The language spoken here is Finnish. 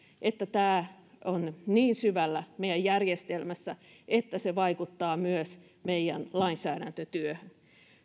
että tämä on niin syvällä meidän järjestelmässämme että se vaikuttaa myös meidän lainsäädäntötyöhön